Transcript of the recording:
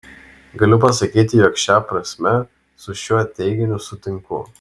galiu pasakyti jog šia prasme su šiuo teiginiu sutinku